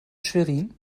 schwerin